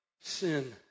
sin